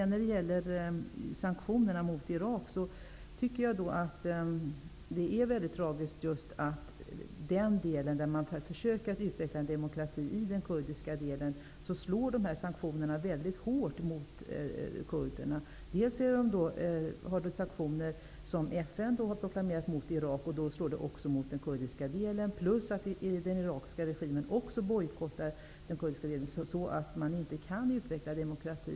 När det gäller sanktionerna mot Irak, tycker jag att det är mycket tragiskt att det i den del där man försöker utveckla en demokrati, i den kurdiska delen, slår dessa sanktioner mycket hårt mot kurderna. Det är bl.a. sanktioner som FN har proklamerat mot Irak, som också slår mot den kurdiska delen. Dessutom bojkottar också den irakiska regimen den kurdiska delen, så att det inte är möjligt att utveckla demokrati.